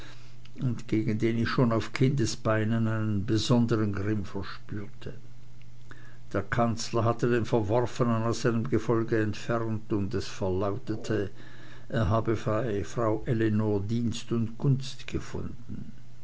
und gegen den ich schon auf kindesbeinen einen besonderen grimm verspürte der kanzler hatte den verworfenen aus seinem gefolge entfernt und es verlautete er habe bei frau ellenor dienst und gunst gefunden